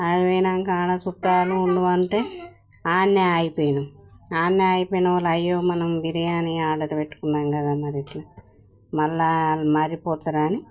అక్కడకి వెళ్ళాక అక్కడ చుట్టాలు ఉండమంటే అక్కడే ఆగిపోయాముఅక్కడే ఆగిపోయిన వాళ్ళు అయ్యో మనం బిర్యానీ ఆర్డర్ పెట్టుకున్నాము కదా మరి ఎలా మళ్ళీ మళ్ళిపోతారని